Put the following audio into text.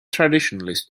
traditionalists